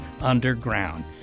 underground